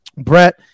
Brett